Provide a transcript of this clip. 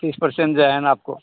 तीस पर्सेंट जो है ना आपको